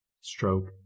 stroke